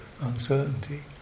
uncertainty